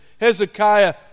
Hezekiah